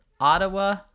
Ottawa